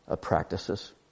practices